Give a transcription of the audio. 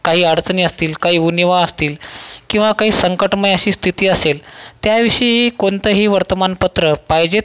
काही अडचणी असतील काही उणिवा असतील किंवा काही संकटमय अशी स्थिती असेल त्याविषयीही कोणतंही वर्तमानपत्र पाहिजे